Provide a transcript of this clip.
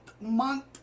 month